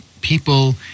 people